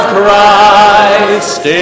Christ